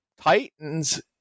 Titans